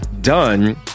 done